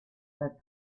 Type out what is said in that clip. but